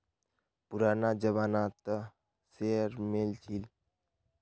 पुराना जमाना त शेयर मिल छील